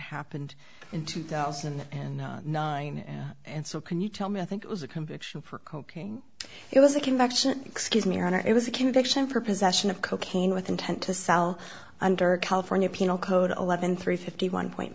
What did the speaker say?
happened in two thousand and nine and so can you tell me i think it was a conviction for cocaine it was a conviction excuse me or it was a conviction for possession of cocaine with intent to sell under california penal code eleven three fifty one point